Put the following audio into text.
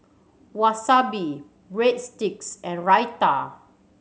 Wasabi Breadsticks and Raita